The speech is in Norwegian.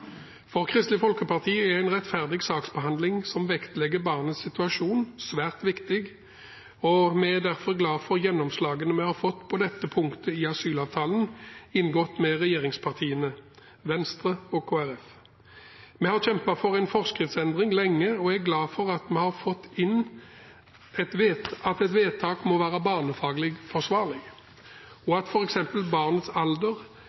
For Kristelig Folkeparti er en rettferdig saksbehandling som vektlegger barnets situasjon, svært viktig, og vi er derfor glad for gjennomslagene vi har fått på dette punktet i asylavtalen som er inngått mellom regjeringspartiene, Venstre og Kristelig Folkeparti. Vi har kjempet for en forskriftsendring lenge og er glad for at vi har fått inn at vedtak må være barnefaglig forsvarlig, og at f.eks. barnets alder,